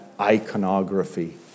iconography